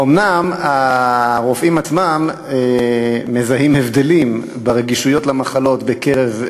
אומנם הרופאים עצמם מזהים הבדלים ברגישויות למחלות בקרב,